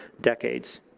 decades